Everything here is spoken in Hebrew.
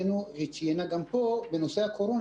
אנחנו רואים את זה גם בנושא הקורונה,